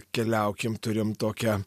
keliaukim turim tokią